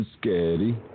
scary